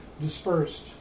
dispersed